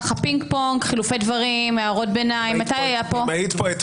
האם יש טעם לקבוע הגבלה שהוא יכול למנות לכהונה בפועל,